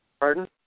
Pardon